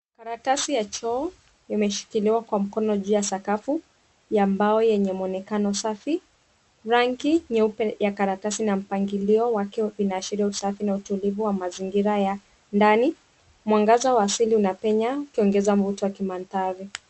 Karatasi ya choo imeshikiliwa kwa mkono juu ya sakafu ya mbao yenye mwonekano safi. Rangi nyeupe ya karatasi na mpangilio wake inaashiria usafi na utulivu wa mazingira ya ndani. Mwangaza wa asili unapenya ukiongeza mvuto wa kimandhari.